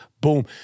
Boom